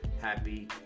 Happy